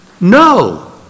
No